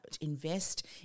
invest